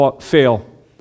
fail